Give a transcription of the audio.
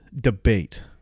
debate